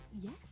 yes